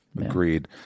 Agreed